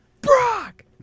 Brock